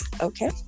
okay